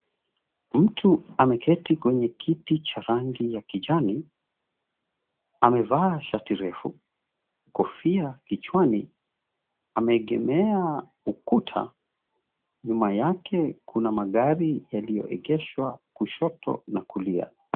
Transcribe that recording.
Mtu ameketi kwenye kiti cha rangi ya kijani, amevaa shati refu, kofia kichwani, ameegemea ukuta. Nyuma yake kuna magari yaliyoegeshwa kushoto na kulia.